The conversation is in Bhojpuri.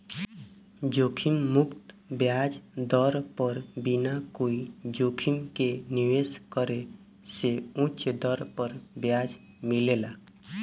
जोखिम मुक्त ब्याज दर पर बिना कोई जोखिम के निवेश करे से उच दर पर ब्याज मिलेला